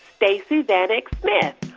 stacey vanek smith.